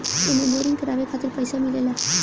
एमे बोरिंग करावे खातिर पईसा मिलेला